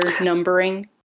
numbering